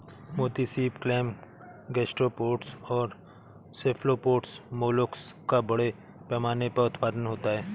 मोती सीप, clam, gastropods और सेफलोपोड्स मोलस्क का बड़े पैमाने पर उत्पादन होता है